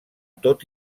tot